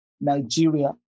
Nigeria